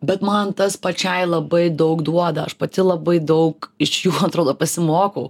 bet man tas pačiai labai daug duoda aš pati labai daug iš jų atrodo pasimokau